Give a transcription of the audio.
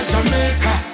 Jamaica